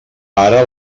ara